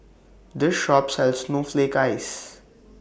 This Shop sells Snowflake Ice